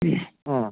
പിന്നെ ആ